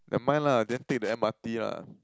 never mind lah then take the M_R_T lah